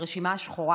הרשימה השחורה